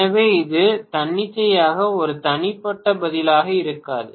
எனவே இது தன்னிச்சையாக ஒரு தனிப்பட்ட பதிலாக இருக்காது